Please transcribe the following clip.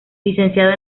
licenciado